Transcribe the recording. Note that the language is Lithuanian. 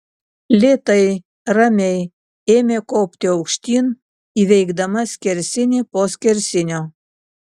lėtai ramiai ėmė kopti aukštyn įveikdama skersinį po skersinio